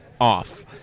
off